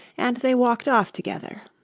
and they walked off together.